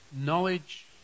knowledge